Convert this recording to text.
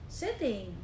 sitting